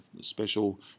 special